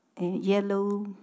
yellow